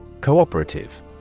Cooperative